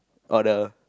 oh the